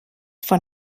von